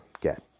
get